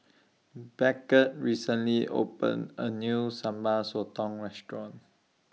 Beckett recently opened A New Sambal Sotong Restaurant